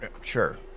Sure